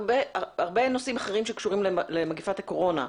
הרבה נושאים אחרים שקשורים למגפת הקורונה,